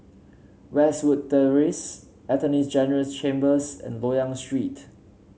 Westwood Terrace Attorney General's Chambers and Loyang Street